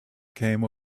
came